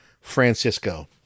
Francisco